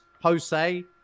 Jose